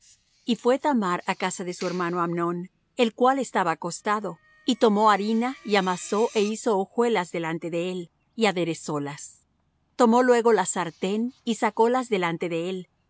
y fué thamar á casa de su hermano amnón el cual estaba acostado y tomó harina y amasó é hizo hojuelas delante de él y aderezólas tomó luego la sartén y sacólas delante de él